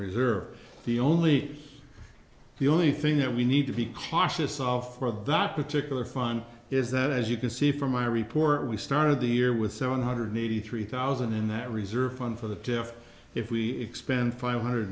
reserve the only the only thing that we need to be cautious of that particular fun is that as you can see from my report we started the year with seven hundred eighty three thousand in that reserve fund for the gift if we expend five hundred